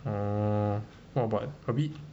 orh !wah! but a bit